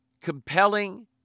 compelling